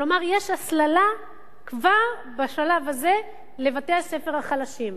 כלומר יש הסללה כבר בשלב הזה לבתי-הספר החלשים.